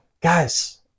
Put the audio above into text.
Guys